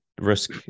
risk